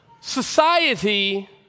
society